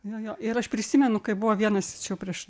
nu jo ir aš prisimenu kai buvo vienas čia jau prieš